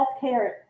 healthcare